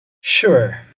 Sure